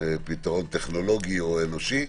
פתרון טכנולוגי או אנושי,